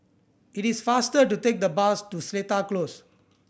it is faster to take the bus to Seletar Close